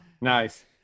Nice